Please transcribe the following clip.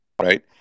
Right